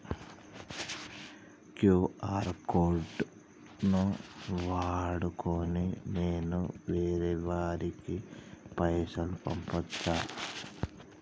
QR code ను వాడుకొని నేను వేరే వారికి పైసలు పంపచ్చా?